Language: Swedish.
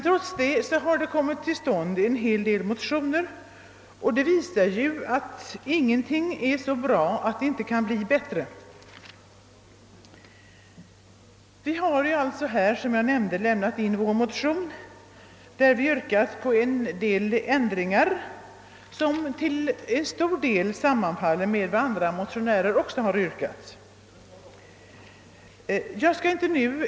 Trots detta har det väckts en hel del motioner, vilket visar att ingenting är så bra att det inte kan bli bättre. Som jag nämnde har vi på kommunistiskt håll lämnat in en motion i vilken vi yrkar på vissa ändringar som till stor del sammanfaller med vad som föreslås av andra motionärer.